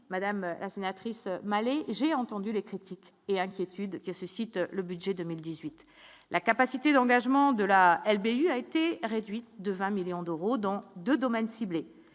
madame la sénatrice mal, j'ai entendu les critiques et inquiétudes que suscite le budget 2018, la capacité d'engagement de la LB, il a été réduite de 20 millions d'euros dans 2 domaines ciblés,